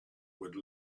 would